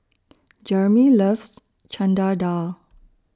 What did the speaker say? Jeramy loves Chana Dal